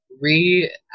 re